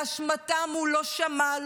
באשמתם הוא לא שמע,